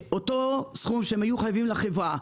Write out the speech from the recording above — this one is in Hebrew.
אותו סכום שהם היו חייבים לחברה,